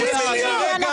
50 מיליון לא היה צורך?